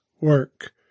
work